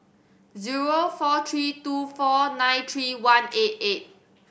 zero four three two four nine three one eight eight